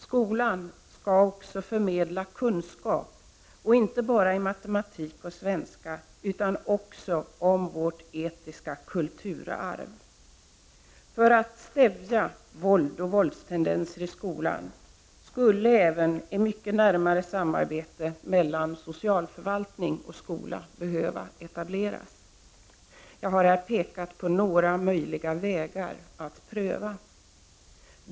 Skolan skall också förmedla kunskap, inte bara i matematik och svenska utan också om vårt etiska kulturarv. För att stävja våldet och våldstendenser i skolan skulle även ett mycket närmare samarbete mellan socialförvaltning och skola behöva etableras. Jag har här pekat på några möjliga vägar att pröva.